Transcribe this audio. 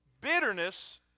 Bitterness